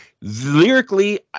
lyrically